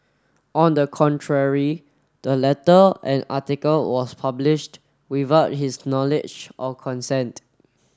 on the contrary the letter and article was published without his knowledge or consent